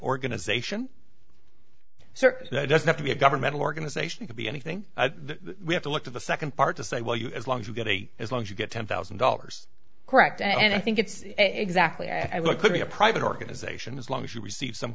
organization so that doesn't have to be a governmental organization to be anything that we have to look to the second part to say well you know as long as you get a as long as you get ten thousand dollars correct and i think it's exactly like could be a private organization as long as you receive some